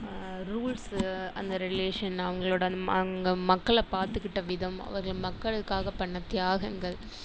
rules அந்த relation அவங்களோட அந்த மக்களை பார்த்துக்கிட்ட விதம் அவர்கள் மக்களுக்காக பண்ண தியாகங்கள்